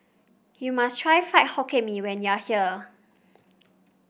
you must try Fried Hokkien Mee when you are here